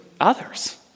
others